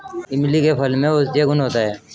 इमली के फल में औषधीय गुण होता है